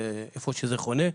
איפה שזה חונה.